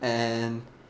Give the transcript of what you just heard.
and